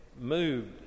moved